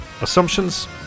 assumptions